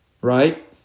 right